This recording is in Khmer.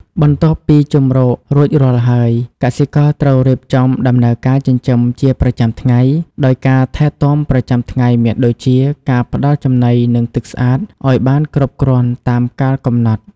បន្ទាប់ពីជម្រករួចរាល់ហើយ កសិករត្រូវរៀបចំដំណើរការចិញ្ចឹមជាប្រចាំថ្ងៃ ដោយការថែទាំប្រចាំថ្ងៃមានដូចជាការផ្តល់ចំណីនិងទឹកស្អាតឲ្យបានគ្រប់គ្រាន់តាមកាលកំណត់។